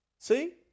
See